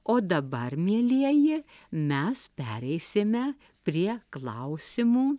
o dabar mielieji mes pereisime prie klausimų